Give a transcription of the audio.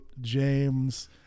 James